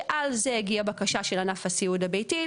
שעל זה הגיע בקשה של ענף הסיעוד הביתי,